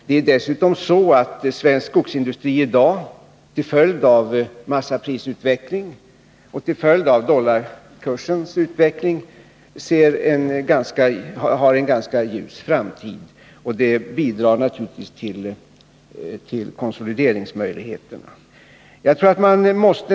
Det är dessutom så att svensk skogsindustri i dag, till följd av massaprisutvecklingen och till följd av dollarkursens utveckling. har en ganska ljus framtid. och det bidrar naturligtvis till konsolideringsmöjligheterna.